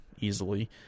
easily